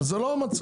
אבל זה לא המצב.